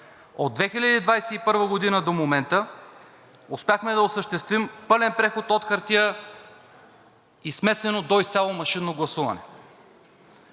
От 2021 г. до момента успяхме да осъществим пълен преход от хартия и смесено до изцяло машинно гласуване.